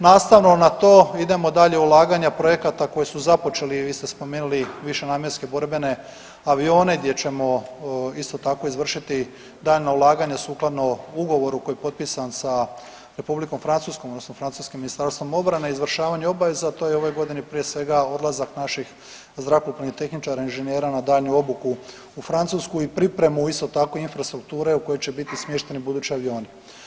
Nastavno na to idemo dalje u ulaganja projekata koji su započeli, vi ste spomenuli višenamjenske borbene avione gdje ćemo isto tako izvršiti daljnja ulaganja sukladno ugovoru koji je potpisan sa Republikom Francuskom, odnosno francuskim Ministarstvom obrane izvršavanje obaveza, a to je u ovoj godini prije svega odlazak naših zrakoplovnih tehničara, inženjera na daljnju obuku u Francusku i pripremu isto tako infrastrukture u kojoj će biti smješteni budući avioni.